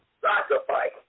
sacrifice